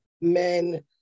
men